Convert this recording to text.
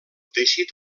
teixit